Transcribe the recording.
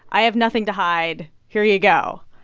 i have nothing to hide here you go.